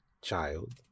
child